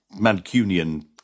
Mancunian